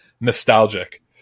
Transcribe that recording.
nostalgic